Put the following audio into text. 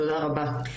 תודה רבה.